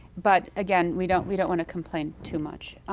but, again, we don't we don't want to complain too much.